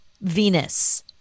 Venus